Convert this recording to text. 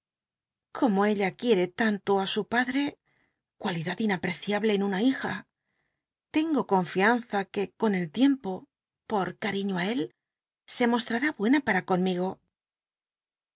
como ella quiere tanto su padre cualidad inapcciablc en una bija tengo confianza que con el tiempo por caiiio él se mosl u i buena para conmi